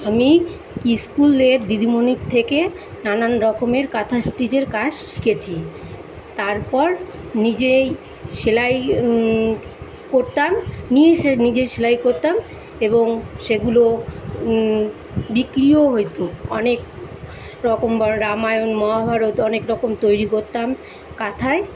আমি স্কুলে দিদিমনির থেকে নানান রকমের কাঁথা স্টিচের কাজ শিখেছি তারপর নিজেই সেলাই করতাম নিয়ে সে নিজে সেলাই কোত্তাম এবং সেগুলো বিক্রিও হতো অনেক রকম বড়ো রামায়ণ মহাভারত অনেক রকম তৈরি করতাম কাঁথায়